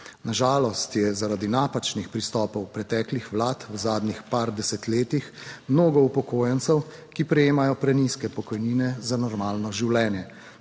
Na žalost je zaradi napačnih pristopov preteklih vlad v zadnjih par desetletji mnogo upokojencev, ki prejemajo prenizke pokojnine za normalno življenje.